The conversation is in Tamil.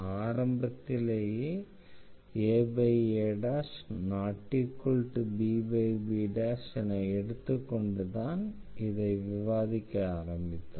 ஆரம்பத்திலேயே aabbஎன எடுத்துக்கொண்டுதான் இதை விவாதிக்க ஆரம்பித்தோம்